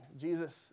Jesus